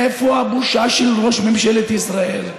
איפה הבושה של ראש ממשלת ישראל?